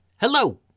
Hello